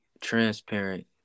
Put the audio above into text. transparent